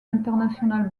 international